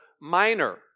Minor